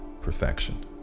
perfection